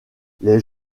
les